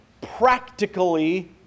practically